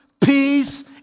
peace